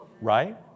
Right